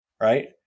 right